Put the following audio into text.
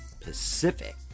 pacific